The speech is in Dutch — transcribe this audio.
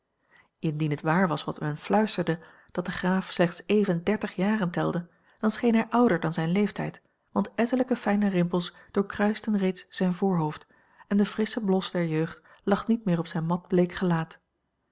indien het waar was wat men fluisterde dat de graaf slechts even dertig jaren telde dan scheen hij ouder dan zijn leeftijd want ettelijke fijne rimpels doorkruisten reeds zijn voorhoofd en de frissche blos der jeugd lag niet meer op zijn matbleek gelaat